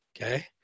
Okay